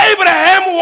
Abraham